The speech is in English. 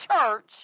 church